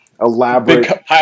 elaborate